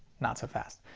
not so fast.